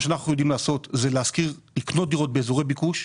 זה לקנות דירות באזורי ביקוש.